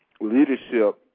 leadership